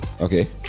Okay